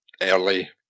early